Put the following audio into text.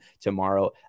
tomorrow